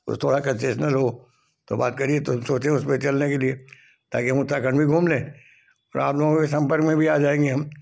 उस थोड़ा कंसेशनल हो तो बात करिए तो सोचें उस पर चलने के लिए ताकि हम उत्तराखंड भी घुम लें और आप लोगों के संपर्क में भी आ जाएँगे हम